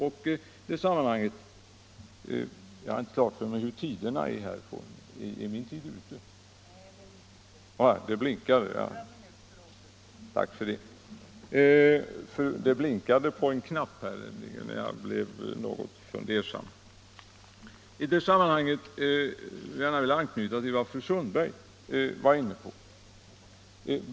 I det sammanhanget skulle jag gärna vilja anknyta till vad fru Sundberg talade om.